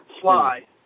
fly